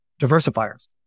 diversifiers